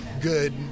good